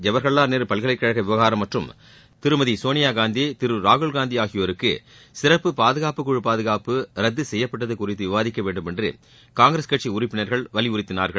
ஜவஹர்லால் நேரு பல்கலைக் கழக விவகாரம் மற்றும் திருமதி சோனியாகாந்தி திரு ராகுல்காந்தி ஆகியோருக்கு சிறப்பு பாதுகாப்புக் குழு பாதுகாப்பு ரத்து செய்யப்பட்டது குறித்து விவாதிக்க வேண்டும் என்று காங்கிரஸ் கட்சி உறுப்பினர்கள் வலியுறுத்தினார்கள்